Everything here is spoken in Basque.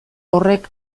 horrek